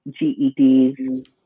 GEDs